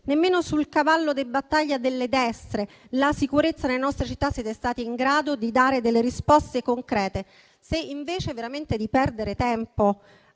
nemmeno sul cavallo di battaglia delle destre, la sicurezza nelle nostre città, siete stati in grado di dare delle risposte concrete. Se invece di perdere tempo